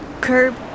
curb